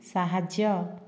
ସାହାଯ୍ୟ